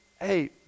hey